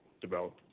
develop